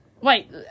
Wait